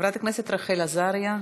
חברת הכנסת רחל עזריה.